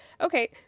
Okay